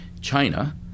China